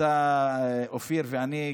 אופיר ואני,